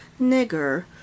nigger